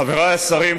חבריי השרים,